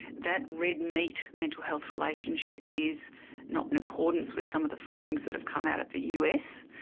that red meat mental health relationship is not in accordance with some of the findings that have come out of the us,